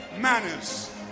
manners